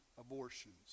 abortions